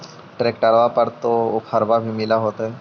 ट्रैक्टरबा पर तो ओफ्फरबा भी मिल होतै?